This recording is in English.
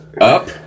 Up